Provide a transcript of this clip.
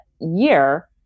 year